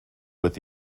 with